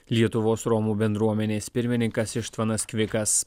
lietuvos romų bendruomenės pirmininkas ištvanas kvikas